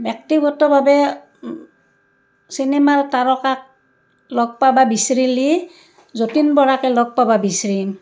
ব্যক্তিগতভাৱে চিনেমাৰ তাৰকাক লগ পাব বিচাৰিলে যতীন বৰাকে লগ পাব বিচাৰিম